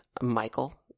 Michael